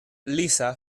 lisa